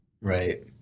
Right